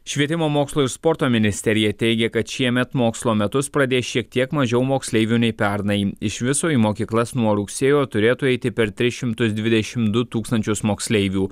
švietimo mokslo ir sporto ministerija teigia kad šiemet mokslo metus pradės šiek tiek mažiau moksleivių nei pernai iš viso į mokyklas nuo rugsėjo turėtų eiti per tris šimtus dvidešimt du tūkstančius moksleivių